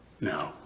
No